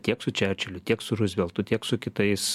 tiek su čerčiliu tiek su ruzveltu tiek su kitais